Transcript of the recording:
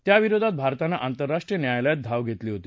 या विरोधात भारतानं आंतरराष्ट्रीय न्यायालयात धाव घेतली होती